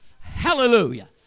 Hallelujah